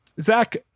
Zach